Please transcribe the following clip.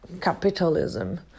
capitalism